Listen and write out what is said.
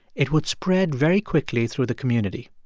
it would spread very quickly through the community.